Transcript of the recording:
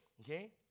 okay